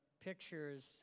pictures